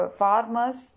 farmers